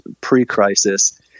pre-crisis